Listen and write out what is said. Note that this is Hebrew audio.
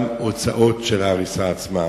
גם הוצאות של ההריסה עצמה.